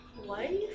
Life